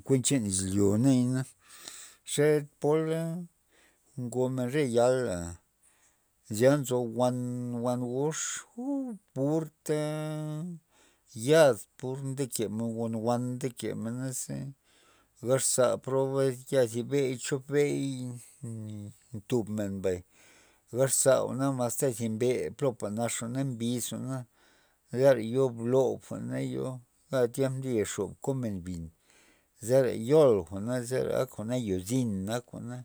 Kuent chan izlyo nayana, xe pola njomen re yala' zya nzo wan, wangox uuu purta yaz pur ta ndekemen ngon wan ndekemena naze gazxa proba yai thi bey chop bey nntub men bay mbay gaz xa jwa'na mazta zi mbe len plopa nax jwa'na mbix jwa'na zara yo blob jwa'na yo ga tiemp ndoyo xob komen mbyn zera yol jwa'na zera ak jwa'na yo din ak jwa'na,